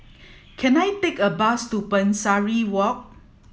can I take a bus to Pesari Walk